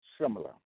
similar